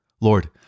Lord